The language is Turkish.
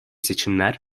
seçimler